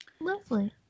Lovely